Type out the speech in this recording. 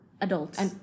Adults